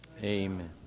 Amen